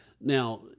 Now